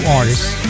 artists